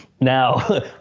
Now